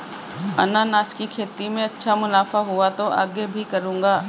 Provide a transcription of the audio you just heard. अनन्नास की खेती में अच्छा मुनाफा हुआ तो आगे भी करूंगा